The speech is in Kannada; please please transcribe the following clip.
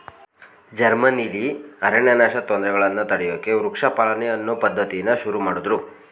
ಜರ್ಮನಿಲಿ ಅರಣ್ಯನಾಶದ್ ತೊಂದ್ರೆಗಳನ್ನ ತಡ್ಯೋಕೆ ವೃಕ್ಷ ಪಾಲನೆ ಅನ್ನೋ ಪದ್ಧತಿನ ಶುರುಮಾಡುದ್ರು